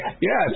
yes